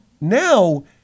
Now